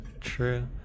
True